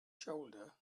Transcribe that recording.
shoulder